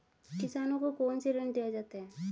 किसानों को कौन से ऋण दिए जाते हैं?